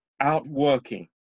outworking